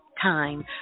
time